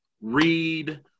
read